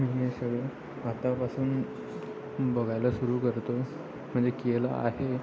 मी हे सगळं आतापासून बघायला सुरू करतो म्हणजे केलं आहे